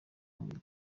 mubiri